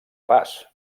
pas